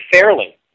fairly